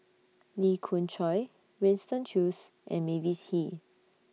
Lee Khoon Choy Winston Choos and Mavis Hee